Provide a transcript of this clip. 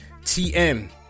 TM